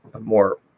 more